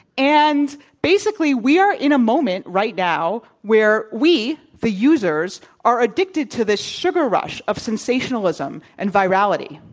and basically, we are in a moment right now where we the users are addicted to this sugar rush of sensationalism and virality.